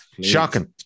shocking